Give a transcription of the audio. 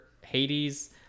Hades